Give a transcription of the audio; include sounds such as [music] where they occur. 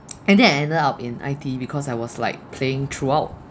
[breath] and then I ended up in I_T_E because I was like playing throughout